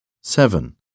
seven